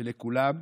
ולכולם,